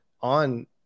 on